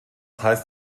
heißt